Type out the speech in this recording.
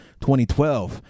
2012